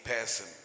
person